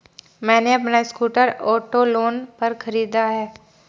मैने अपना scooter auto loan पर खरीदा है